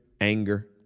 anger